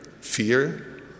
fear